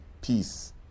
peace